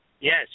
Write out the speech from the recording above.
Yes